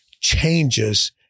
changes